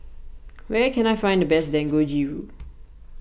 where can I find the best Dangojiru